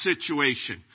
situation